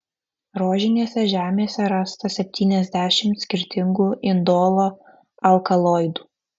rožinėse žiemėse rasta septyniasdešimt skirtingų indolo alkaloidų